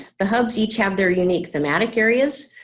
the hubs, each have their unique thematic areas,